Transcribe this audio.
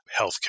healthcare